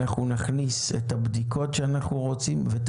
אנחנו נכניס את הבדיקות שאנחנו רוצים ואת